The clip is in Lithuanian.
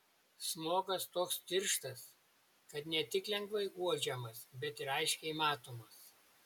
smogas toks tirštas kad ne tik lengvai uodžiamas bet ir aiškiai matomas